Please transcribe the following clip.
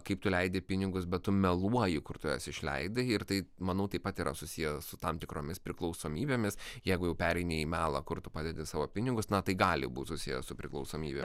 kaip tu leidi pinigus bet tu meluoji į kur tu juos išleidai ir tai manau taip pat yra susiję su tam tikromis priklausomybėmis jeigu jau pereini į melą kur tu padedi savo pinigus na tai gali būt susiję su priklausomybe